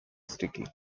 sticky